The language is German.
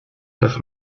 lass